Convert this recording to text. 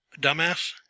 Dumbass